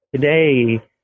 today